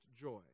joy